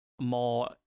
more